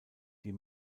die